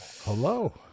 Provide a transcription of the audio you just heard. Hello